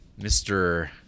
Mr